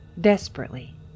desperately